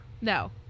no